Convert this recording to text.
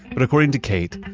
but according to kate,